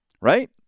Right